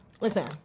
Listen